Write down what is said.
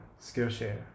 Skillshare